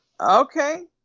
Okay